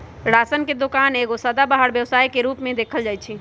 ration के दोकान एगो सदाबहार व्यवसाय के रूप में देखल जाइ छइ